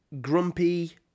grumpy